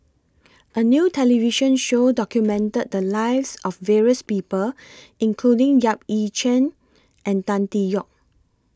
A New television Show documented The Lives of various People including Yap Ee Chian and Tan Tee Yoke